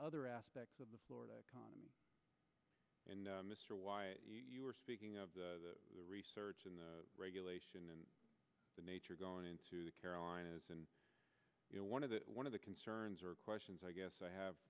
other aspects of the florida and mr y you are speaking of the research and regulation and the nature going into the carolinas and you know one of the one of the concerns or questions i guess i have